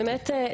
להבנתי,